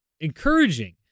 encouraging